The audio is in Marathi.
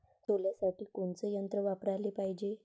सोल्यासाठी कोनचं यंत्र वापराले पायजे?